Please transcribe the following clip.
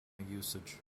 usage